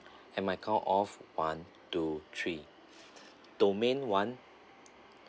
and my call of one two three domain one